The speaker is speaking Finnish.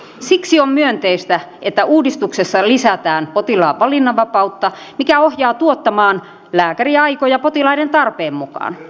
siksi on myönteistä että uudistuksessa lisätään potilaan valinnanvapautta mikä ohjaa tuottamaan lääkäriaikoja potilaiden tarpeen mukaan